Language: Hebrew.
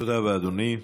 תודה רבה, אדוני.